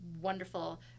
wonderful